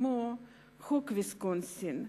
כמו חוק ויסקונסין,